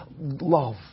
love